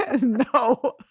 No